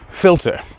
filter